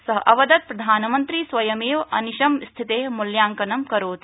स अवदत् प्रधानमन्त्री स्वयमेव अनिशम् स्थिते मूल्याङ्कनम् करोति